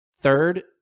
third